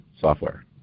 software